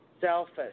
selfish